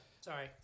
Sorry